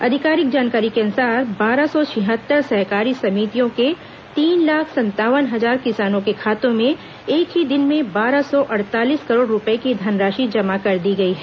आधिकारिक जानकारी के अनुसार बारह सौ छिहत्तर सहकारी समितियों के तीन लाख संतावन हजार किसानों के खातों में एक ही दिन में बारह सौ अड़तालीस करोड़ रूपये की धनराशि जमा कर दी गई है